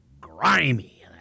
grimy